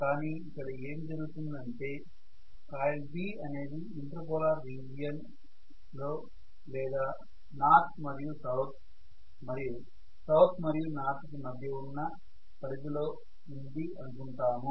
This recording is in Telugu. కానీ ఇక్కడ ఏమి జరుగుతుంది అంటే కాయిల్ B అనేది ఇంటర్ పోలార్ రీజియన్ లో లేదా నార్త్ మరియు సౌత్ మరియు సౌత్ మరియు నార్త్ కి మధ్య ఉన్న పరిధిలో ఉంది అనుకుంటాము